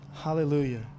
Hallelujah